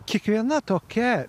kiekviena tokia